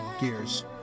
gears